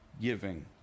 giving